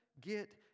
get